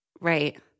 Right